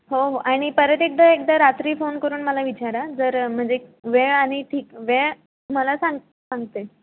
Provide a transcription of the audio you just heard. हो हो आणि परत एकदा एकदा रात्री फोन करून मला विचारा जर म्हणजे वेळ आणि ठी वेळ तुम्हाला सांग सांगते